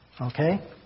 Okay